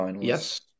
Yes